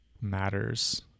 matters